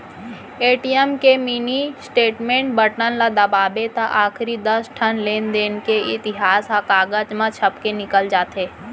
ATM के mini statement button ल दबावें त आखरी दस ठन लेनदेन के इतिहास ह कागज म छपके निकल जाथे